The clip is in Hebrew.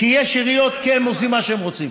כי יש עיריות שעושות מה שהן רוצות: